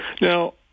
Now